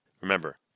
remember